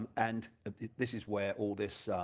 and this is where all this